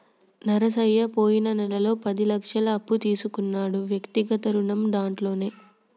నరసయ్య పోయిన నెలలో పది లక్షల అప్పు తీసుకున్నాడు వ్యక్తిగత రుణం దాంట్లోనే